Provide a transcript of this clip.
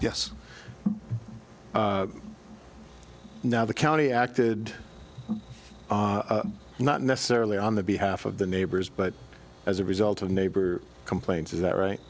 yes now the county acted not necessarily on the behalf of the neighbors but as a result of neighbor complaints is that right